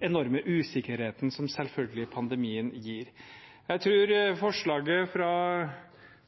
enorme usikkerheten som selvfølgelig pandemien gir? Jeg tror forslaget fra